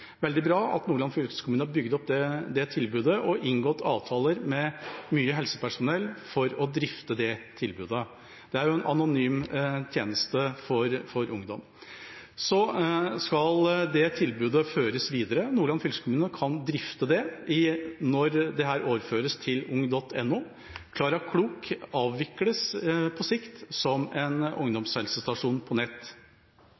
veldig bra at Nordland fylkeskommune har bygd opp tilbudet og inngått avtaler med mye helsepersonell for å drifte det. Det er en anonym tjeneste for ungdom. Det tilbudet skal videreføres. Nordland fylkeskommune kan drifte det når dette overføres til ung.no. Klara Klok avvikles på sikt som en